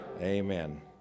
Amen